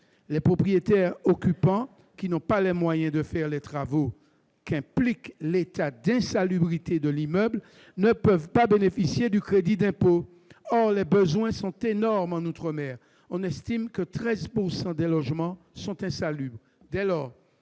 Les propriétaires-occupants qui n'ont pas les moyens de faire les travaux qu'implique l'état d'insalubrité de l'immeuble ne peuvent pas bénéficier du crédit d'impôt. Or les besoins sont énormes outre-mer, puisqu'on estime que 13 % des logements y sont insalubres. Dès lors,